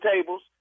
tables